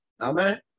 Amen